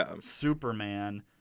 Superman